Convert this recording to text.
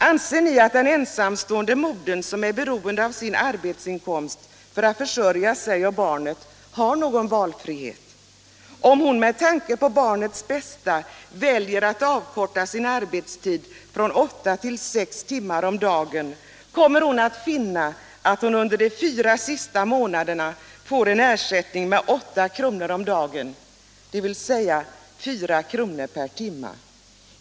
Anser ni att den ensamstående modern, som är beroende av sin inkomst för att försörja sig och barnet, har någon valfrihet? Om hon med tanke på barnets bästa väljer att avkorta sin arbetstid från åtta till sex timmar om dagen kommer hon att finna att hon under de fyra sista månaderna får en ersättning med 8 kr. om dagen, dvs. 4 kr. per timme.